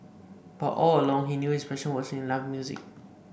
but all along he knew his passion was in live music